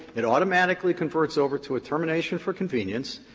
it automatically converts over to a termination for convenience.